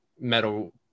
metal